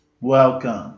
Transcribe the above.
Welcome